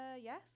yes